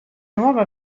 nuova